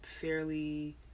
fairly